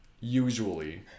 usually